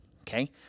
Okay